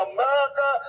America